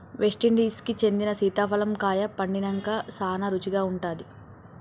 West Indies కి చెందిన సీతాఫలం కాయ పండినంక సానా రుచిగా ఉంటాది